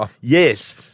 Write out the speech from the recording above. Yes